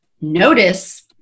notice